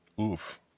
Oof